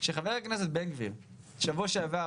שחבר הכנסת בן גביר בשבוע שעבר,